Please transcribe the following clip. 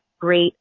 great